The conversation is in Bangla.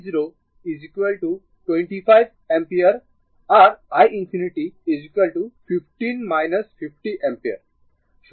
তো i0 25 অ্যাম্পিয়ার আর i ∞ 15 50 অ্যাম্পিয়ার